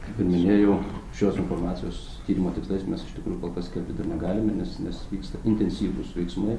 kaip ir minėjau šios informacijos tyrimo tikslais mes iš tikrųjų kol kas skelbti dar negalime nes nes vyksta intensyvūs veiksmai